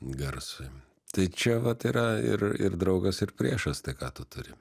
garsui tai čia vat yra ir ir draugas ir priešas tai ką tu turi